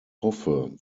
hoffe